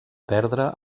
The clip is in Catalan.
perdre